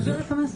שיעביר את המסר.